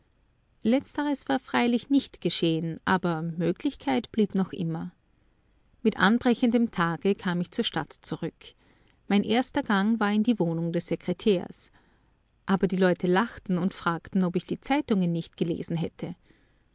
letzteres war freilich nicht geschehen aber möglichkeit blieb noch immer mit anbrechendem tage kam ich zur stadt zurück mein erster gang war in die wohnung des sekretärs aber die leute lachten und fragten ob ich die zeitungen nicht gelesen hätte